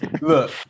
Look